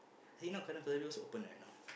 eh you know open right now